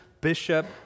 bishop